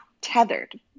tethered